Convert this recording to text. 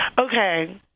Okay